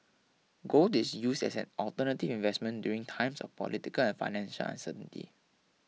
gold is used as an alternative investment during times of political and financial uncertainty